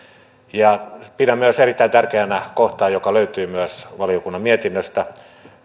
pidän myös erittäin tärkeänä kohtaa joka löytyy myös valiokunnan mietinnöstä